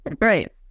Right